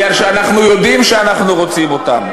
מפני שאנחנו יודעים שאנחנו רוצים אותם.